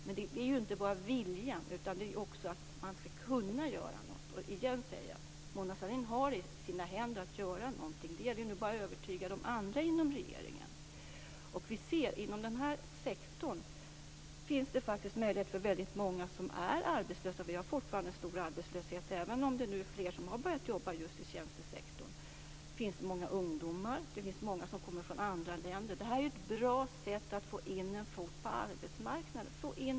Men det handlar inte bara om vilja. Man måste också kunna göra något. Mona Sahlin kan göra någonting. Det gäller nu bara att övertyga de andra inom regeringen. Inom denna sektor finns det möjlighet för väldigt många som är arbetslösa, och vi har fortfarande stor arbetslöshet inom tjänstesektorn även om det är många som har börjat att jobba där. Det finns t.ex. många ungdomar och många som kommer från andra länder. Detta är ett bra sätt att få in en fot på arbetsmarknaden.